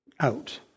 Out